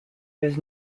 does